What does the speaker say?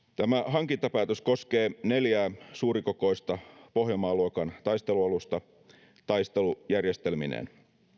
hankintapäätös koskee neljää suurikokoista pohjanmaa luokan taistelualusta taistelujärjestelmineen